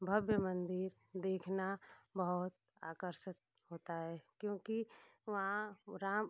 भव्य मंदिर देखना बहुत आकर्षक होता है क्योंकि वहाँ राम